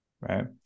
Right